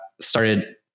Started